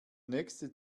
nächste